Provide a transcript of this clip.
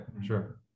sure